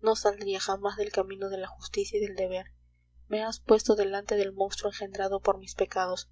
no saldría jamás del camino de la justicia y del deber me has puesto delante el monstruo engendrado por mis pecados